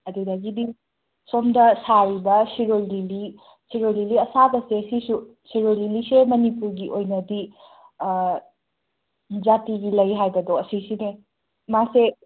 ꯑꯗꯨꯗꯒꯤꯗꯤ ꯁꯣꯝꯗ ꯁꯥꯔꯤꯕ ꯁꯤꯔꯣꯏ ꯂꯤꯂꯤ ꯁꯤꯔꯣꯏ ꯂꯤꯂꯤ ꯑꯁꯥꯕꯁꯦ ꯁꯤꯁꯨ ꯁꯤꯔꯣꯏ ꯂꯤꯂꯤꯁꯦ ꯃꯅꯤꯄꯨꯔꯒꯤ ꯑꯣꯏꯅꯗꯤ ꯖꯥꯇꯤꯒꯤ ꯂꯩ ꯍꯥꯏꯕꯗꯣ ꯑꯁꯤꯁꯤꯅꯦ ꯃꯥꯁꯦ